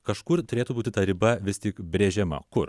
kažkur turėtų būti ta riba vis tik brėžiama kur